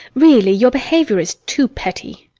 really, your behaviour is too petty.